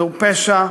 זהו פשע.